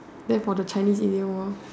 then for the Chinese idiom hor